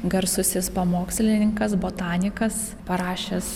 garsusis pamokslininkas botanikas parašęs